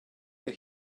that